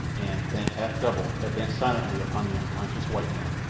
and, bent half-double, advanced silently upon the unconscious white man,